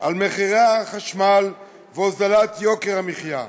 על מחירי החשמל, הוזלת יוקר המחיה.